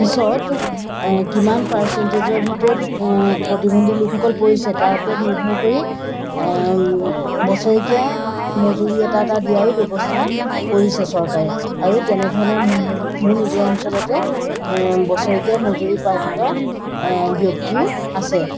পিছত কিমান পাৰ্চেণ্টেজৰ ভিতৰত প্ৰতিবন্ধী লোকসকল পৰিছে তাৰ ওপৰত নিৰ্ভৰ কৰি বছেৰেকীয়া মজুৰি এটা এটা দিয়াৰো ব্যৱস্থা কৰিছে চৰকাৰে আৰু তেনেধৰণে মোৰ নিজৰ অঞ্চলতে বছেৰেকীয়া মজুৰি পাই থকা ব্যক্তিও আছে